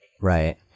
Right